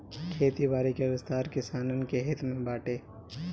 खेती बारी कअ विस्तार किसानन के हित में बाटे